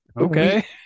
Okay